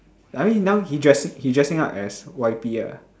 I mean now he dressing he dressing up as Y_P ah